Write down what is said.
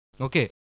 Okay